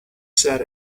said